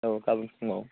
औ गाबोन फुङाव